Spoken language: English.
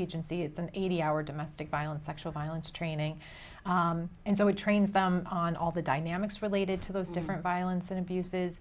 agency it's an eighty hour domestic violence sexual violence training and so we train on all the dynamics related to those different violence and abuses